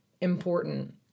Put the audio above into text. important